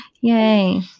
Yay